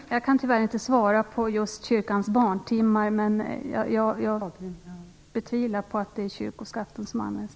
Fru talman! Jag kan tyvärr inte svara på hur just kyrkans barntimmar betalas, men jag betvivlar att det är kyrkoskatten som används.